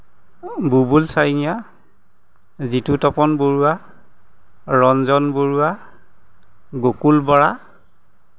Bubul Charingia Jitu Tapan Baruah Ranjan Baruah Gokul Bora